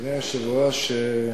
אדוני היושב-ראש,